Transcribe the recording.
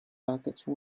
package